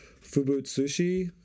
Fubutsushi